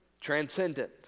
transcendent